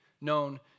known